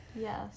Yes